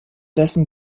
dessen